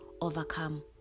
overcome